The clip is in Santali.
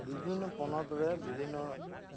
ᱵᱤᱵᱷᱤᱱᱱᱚ ᱯᱚᱱᱚᱛ ᱨᱮ ᱵᱤᱵᱷᱤᱱᱱᱚ